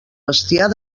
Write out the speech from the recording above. bestiar